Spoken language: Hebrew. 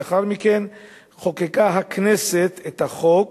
לאחר מכן חוקקה הכנסת את החוק